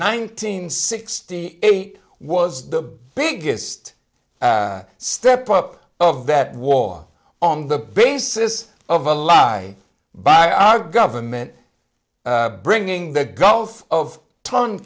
nineteen sixty eight was the biggest step up of that war on the basis of a lie by our government bringing the gulf of ton